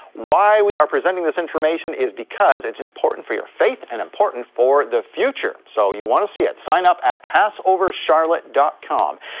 why we are presenting this information is because it's important for your faith and important for the future, so you wanna see it, sign up at passovercharlotte com.